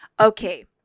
Okay